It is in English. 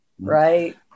Right